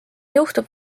juhtub